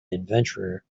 adventurer